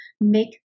make